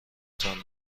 تان